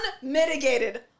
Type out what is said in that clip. unmitigated